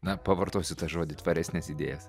na pavartosiu tą žodį tvaresnes idėjas